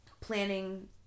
planning